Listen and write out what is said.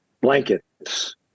blankets